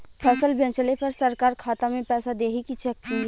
फसल बेंचले पर सरकार खाता में पैसा देही की चेक मिली?